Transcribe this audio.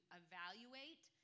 evaluate